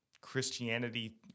Christianity